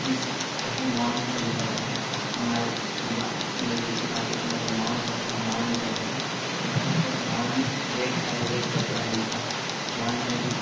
जिस कहीं मॉल में चले जाते हैं हमारे नजदीकी मार्केट में अगर मॉल है तो हम मॉल में जाते हैं तो वहाँ पर मॉल में रेट बाइ रेट कपड़ा मिलता हैं मॉल में यदि